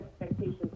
expectations